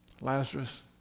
Lazarus